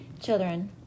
Children